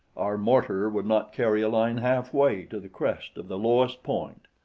our mortar would not carry a line halfway to the crest of the lowest point.